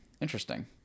Interesting